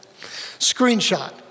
Screenshot